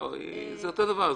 לא, זה אותו דבר.